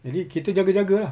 jadi kita jaga jaga lah